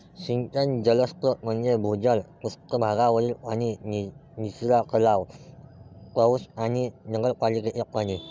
सिंचन जलस्रोत म्हणजे भूजल, पृष्ठ भागावरील पाणी, निचरा तलाव, पाऊस आणि नगरपालिकेचे पाणी